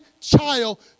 child